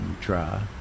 try